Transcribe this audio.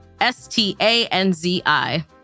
S-T-A-N-Z-I